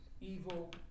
evil